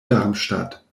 darmstadt